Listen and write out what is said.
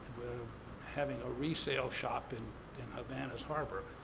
having a resale shop in in havana's harbor,